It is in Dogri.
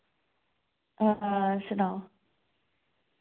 सनाओ